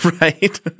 right